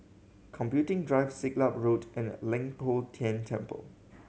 Computing Drive Siglap Road and Leng Poh Tian Temple